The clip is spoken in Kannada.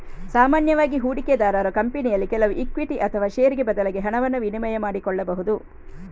ಸಾಮಾನ್ಯವಾಗಿ ಹೂಡಿಕೆದಾರರು ಕಂಪನಿಯಲ್ಲಿ ಕೆಲವು ಇಕ್ವಿಟಿ ಅಥವಾ ಷೇರಿಗೆ ಬದಲಾಗಿ ಹಣವನ್ನ ವಿನಿಮಯ ಮಾಡಿಕೊಳ್ಬಹುದು